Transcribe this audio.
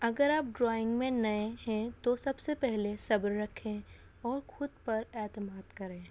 اگر آپ ڈرائنگ میں نئے ہیں تو سب سے پہلے صبر رکھیں اور خود پر اعتماد کریں